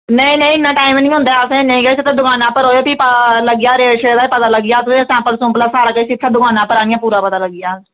नेईं नेईं इ'न्ना टैम नी होंदा ऐ असेंगी नेईं किश तुस दकाना पर ओएओ फिरी पता लगी जाह्ग रेट छेट दा बी पता लगी आग सैपल सूंपल दा सारा किश इत्थै दकाना पर आह्नियै पूरा पता लग्गी जाह्ग